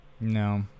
No